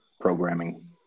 programming